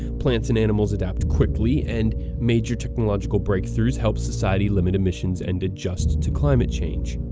plants and animals adapt quickly, and major technological breakthroughs help society limit emissions and adjust to climate change.